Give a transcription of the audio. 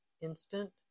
instant